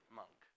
monk